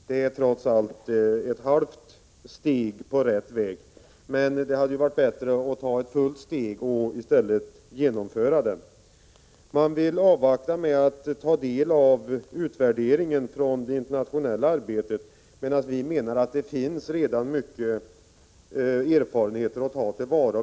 Det är trots allt ett halvt steg på rätt väg, men det hade ju varit bättre att ta ett fullt steg i stället och genomföra den. Utskottsmajoriteten vill avvakta och ta del av utvärderingen av det internationella arbetet, men vi reservanter menar att det redan finns många erfarenheter att ta till vara.